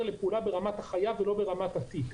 לפעולה ברמת הגבייה ולא ברמת התיק.